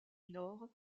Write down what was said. nord